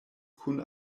kun